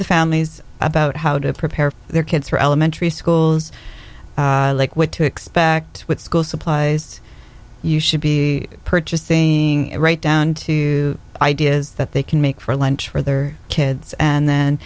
the families about how to prepare their kids for elementary schools like what to expect with school supplies you should be purchasing right down to ideas that they can make for lunch for their kids and then